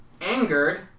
angered